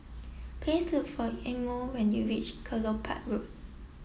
please look for Imo when you reach Kelopak Road